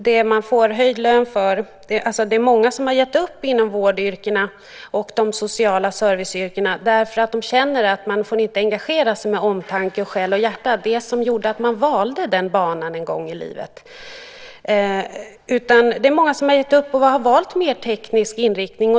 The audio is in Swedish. Det är många som har gett upp inom vårdyrkena och de sociala serviceyrkena därför att de känner att man inte får engagera sig med omtanke, själ och hjärta, det som gjorde att man en gång valde den banan i livet. Det är många som har gett upp och har valt en mer teknisk inriktning.